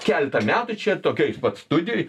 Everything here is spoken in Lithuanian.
keletą metų čia tokioj pat studijoj